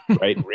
right